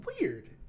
weird